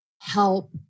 help